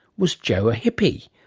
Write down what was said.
was joe a hippy?